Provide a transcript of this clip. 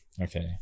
Okay